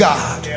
God